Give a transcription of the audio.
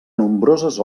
nombroses